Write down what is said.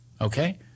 Okay